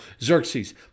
Xerxes